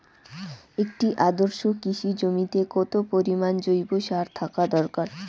একটি আদর্শ কৃষি জমিতে কত পরিমাণ জৈব সার থাকা দরকার?